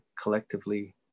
collectively